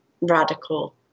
radical